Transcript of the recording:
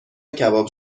کباب